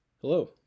Hello